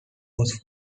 was